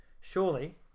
surely